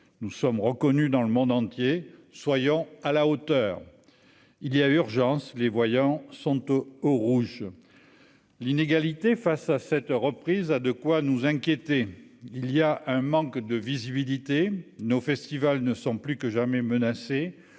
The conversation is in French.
nous sommes reconnus dans le monde entier, soyons à la hauteur, il y a urgence, les voyants sont au au rouge, l'inégalité face à cette reprise, a de quoi nous inquiéter, il y a un manque de visibilité nos festivals ne sont plus que jamais menacée